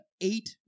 eight